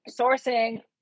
sourcing